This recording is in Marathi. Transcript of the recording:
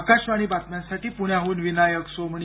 आकाशवाणी बातम्यांसाठी पुण्याहून विनायक सोमणी